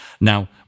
Now